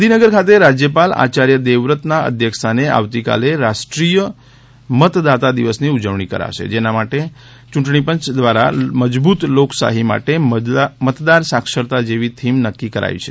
ગાંધીનગર ખાતે રાજયપાલ આચાર્ય દેવવ્રતના અધ્યક્ષસ્થાને આવતીકાલેરાષ્ટ્રીય મતદાતાદિવસની ઉજવણી કરાશે જેના માટે ચૂંટણીપંચ દ્વારા મજબૂત લોકશાહી માટે મતદાર સાક્ષરતા જેવી થીમ નક્કી કરાઇ છે